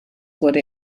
wurde